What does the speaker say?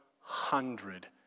hundred